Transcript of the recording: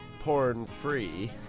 porn-free